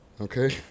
Okay